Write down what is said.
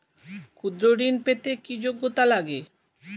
ক্ষুদ্র ঋণ পেতে কি যোগ্যতা লাগে?